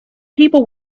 people